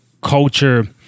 Culture